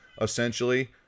essentially